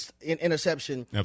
interception